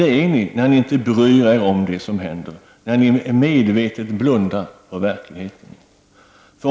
Det är ni när ni inte bryr er om det som händer, när ni medvetet blundar för verkligheten.